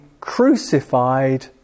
crucified